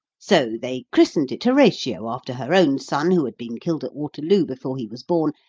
so they christened it horatio, after her own son, who had been killed at waterloo before he was born,